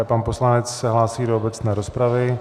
Pan poslanec se hlásí do obecné rozpravy.